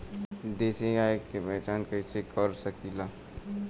देशी गाय के पहचान कइसे कर सकीला?